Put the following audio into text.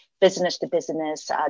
business-to-business